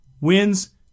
wins